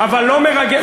אבל לא מרגל.